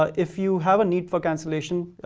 ah if you have a need for cancellation,